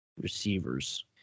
receivers